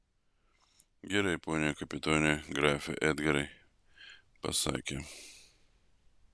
gerai pone kapitone grafe edgarai pasakė